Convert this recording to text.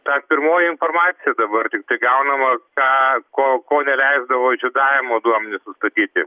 ta pirmoji informacija dabar tiktai gaunama ta ko ko neleisdavo žiedavimo duomenys nustatyti